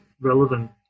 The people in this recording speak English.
relevant